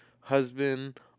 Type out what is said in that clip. husband